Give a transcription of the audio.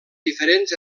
diferents